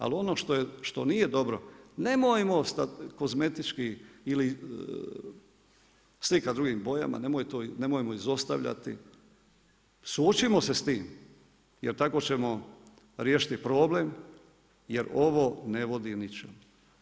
Ali ono što nije dobro nemojmo kozmetički ili slikati drugim bojama, nemojmo izostavljati, suočimo se s time jer tako ćemo riješiti problem jer ovo ne vodi ničemu.